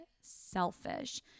selfish